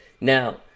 Now